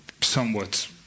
somewhat